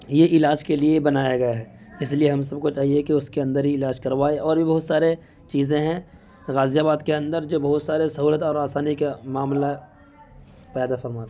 یہ علاج کے لیے بنایا گیا ہے اس لیے ہم سب کو چاہیے کہ اس کے اندر ہی علاج کروائے اور بھی بہت سارے چیزیں ہیں غازی آباد کے اندر جو بہت سارے سہولت اور آسانی کا معاملہ پیدا فرما